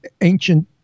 ancient